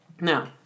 Now